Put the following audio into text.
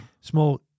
Small